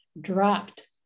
dropped